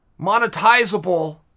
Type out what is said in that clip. monetizable